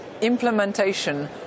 implementation